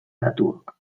datuok